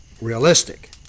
realistic